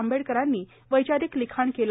आंबेडकरांनी वैचारिक लिखाण केलं